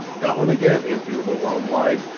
that one again is viewable worldwide.